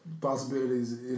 possibilities